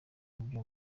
byo